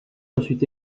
ensuite